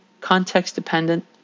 context-dependent